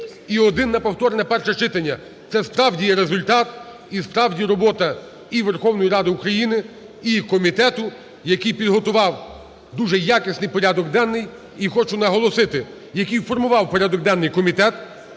і один на повторне перше читання. Це справді є результат і справді робота і Верховної Ради України, і комітету, який підготував дуже якісний порядок денний. І хочу наголосити: який формував порядок денний комітет,